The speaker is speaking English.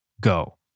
go